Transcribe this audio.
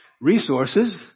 resources